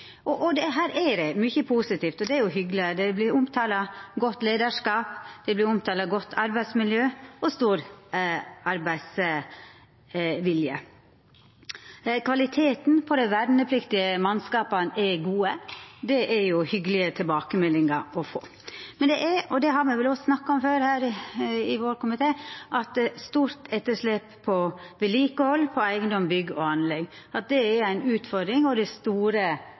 årsrapport for 2016. Her er det mykje positivt, og det er jo hyggjeleg. Det blir omtala godt leiarskap, det blir omtala godt arbeidsmiljø og stor arbeidsvilje. Kvaliteten på dei vernepliktige mannskapane er god. Det er hyggjelege tilbakemeldingar å få. Men det er – og det har me vel òg snakka om før her i komiteen vår – eit stort vedlikehaldsetterslep på eigedom, bygg og anlegg. Det er ei utfordring, og det er store